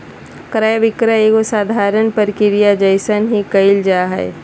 क्रय विक्रय एगो साधारण प्रक्रिया जइसन ही क़इल जा हइ